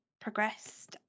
progressed